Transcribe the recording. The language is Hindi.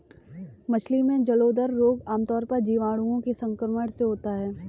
मछली में जलोदर रोग आमतौर पर जीवाणुओं के संक्रमण से होता है